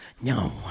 No